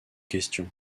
question